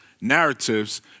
narratives